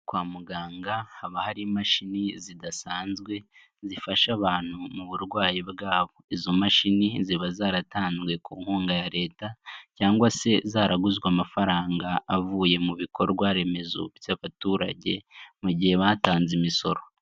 Kwa muganga haba hari imashini zidasanzwe zifasha abantu mu burwayi bwabo, izo mashini ziba zaratanzwe ku nkunga ya Leta cyangwa se zaraguzwe amafaranga avuye mu bikorwa remezo by'abaturage mu gihe batanze imisoro.